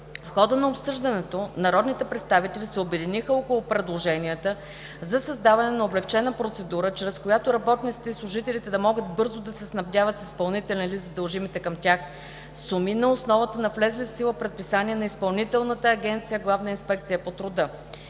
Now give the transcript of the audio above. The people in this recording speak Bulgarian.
В хода на обсъждането народните представители се обединиха около предложенията за създаване на облекчена процедура, чрез която работниците и служителите да могат бързо да се снабдяват с изпълнителен лист за дължимите към тях суми на основата на влезли в сила предписания на Изпълнителната агенция „Главна инспекция по труда“;